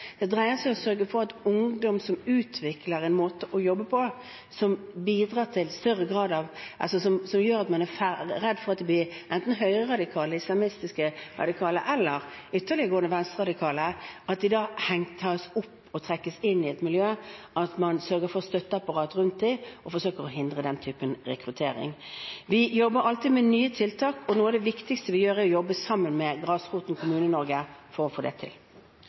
Det dreier seg om å sørge for at ungdom som utvikler en måte å jobbe på som gjør at man er redd for at de blir enten høyreradikale, islamistiske radikale eller ytterliggående venstreradikale, tas opp i og trekkes inn i et miljø, at man sørger for et støtteapparat rundt dem og forsøker å hindre den typen rekruttering. Vi jobber alltid med nye tiltak, og noe av det viktigste vi gjør, er å jobbe sammen med grasrota i Kommune-Norge for å få det til.